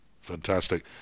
Fantastic